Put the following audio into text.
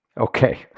Okay